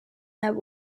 their